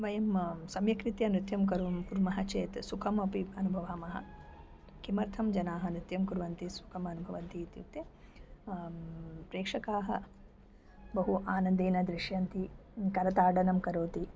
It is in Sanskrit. वयं सम्यक्रीत्या नृत्यं कुर्मः कुर्मः चेत् सुखमपि अनुभवामः किमर्थं जनाः नृत्यं कुर्वन्ति सुखम् अनुभवन्ति इत्युक्ते प्रेक्षकाः बहु आनन्देन दृश्यन्ते करताडनं करोति